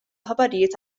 aħbarijiet